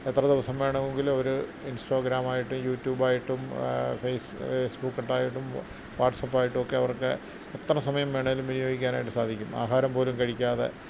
എത്ര ദിവസം വേണമെങ്കിലും അവര് ഇൻസ്റ്റഗ്രാമായിട്ടും യു ട്യൂബായിട്ടും ഫേസ്ബുക്കായിട്ടും വാട്ട്സ്പ്പായിട്ടുമൊക്കെ അവർക്ക് എത്ര സമയം വേണമെങ്കിലും വിനിയോഗിക്കാനായിട്ട് സാധിക്കും ആഹാരം പോലും കഴിക്കാതെ